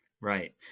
Right